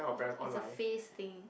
is a face thing